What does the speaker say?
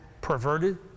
perverted